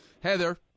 Heather